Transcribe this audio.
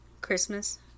Christmas